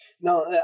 No